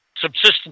subsistence